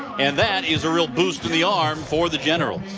and that is a real boost in the arm for the generals.